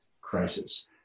crisis